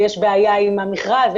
יש בעיה עם המכרז,